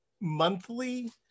monthly